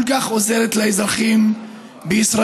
כל כך עוזרת לאזרחים בישראל,